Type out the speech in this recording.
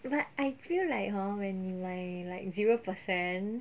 but I feel like hor when my like zero percent